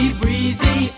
breezy